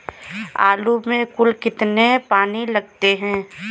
आलू में कुल कितने पानी लगते हैं?